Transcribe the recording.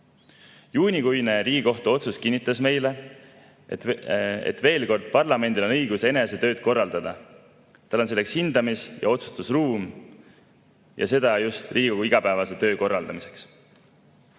Juunikuine Riigikohtu otsus kinnitas meile veel kord, parlamendil on õigus enese tööd korraldada, tal on selleks hindamis‑ ja otsustusruum, ja seda just Riigikogu igapäevase töö korraldamiseks.